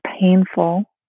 painful